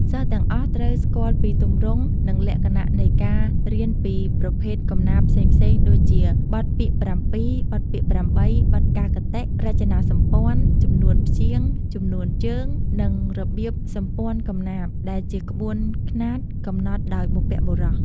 សិស្សទាំងអស់ ត្រូវស្គាល់ពីទម្រង់ និងលក្ខណៈ នៃការរៀនពីប្រភេទកំណាព្យផ្សេងៗ ដូចជា បទពាក្យ៧ បទពាក្យ៨ បទកាកគតិ រចនាសម្ព័ន្ធ ចំនួនព្យាង្គ ចំនួនជើង និងរបៀបសម្ព័ន្ធកំណាព្យ ដែលជាក្បួនខ្នាតកំណត់ដោយបុព្វបុរស។